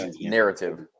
narrative